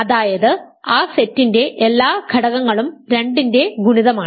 അതായത് ആ സെറ്റിന്റെ എല്ലാ ഘടകങ്ങളും 2 ന്റെ ഗുണിതമാണ്